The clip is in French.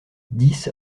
dix